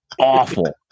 awful